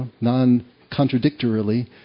non-contradictorily